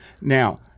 Now